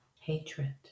hatred